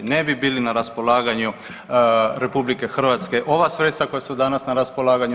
Ne bi bili na raspolaganju RH ova sredstva koja su danas na raspolaganju.